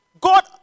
God